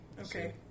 okay